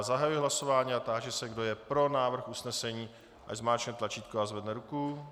Zahajuji hlasování a táži se, kdo je pro návrh usnesení, ať zmáčkne tlačítko a zvedne ruku.